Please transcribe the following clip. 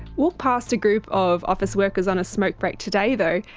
walk past a group of office workers on a smoke break today though,